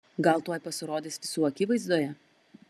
gal tuoj pasirodys visų akivaizdoje